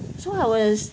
(uh huh) so how is